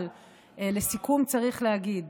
אבל לסיכום צריך להגיד